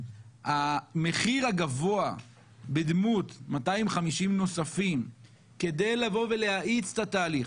המחיר הגבוה בדמות 250 נוספים כדי לבוא ולהאיץ את התהליך,